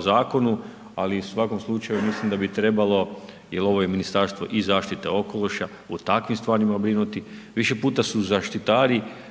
zakonu, ali u svakom slučaju mislim da bi trebalo jer ovo je Ministarstvo i zaštite okoliša, u takvim stvarima brinuti. Više puta su zaštitari